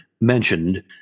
mentioned